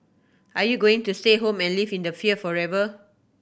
are you going to stay home and live in a fear forever